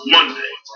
Monday